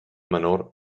menor